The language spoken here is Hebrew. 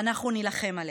ואנחנו נילחם עליה.